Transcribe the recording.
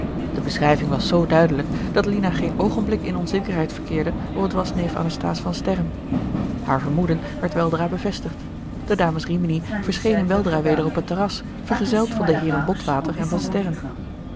de beschrijving was zoo duidelijk dat lina geen oogenblik in onzekerheid verkeerde of het was neef anasthase van sterren haar vermoeden werd weldra bevestigd de dames rimini verschenen weldra weder op het terras vergezeld van de heeren botwater en van sterren